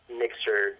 mixer